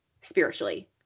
spiritually